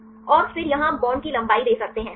और फिर यहाँ आप बॉन्ड की लंबाई दे सकते हैं सही